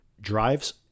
drives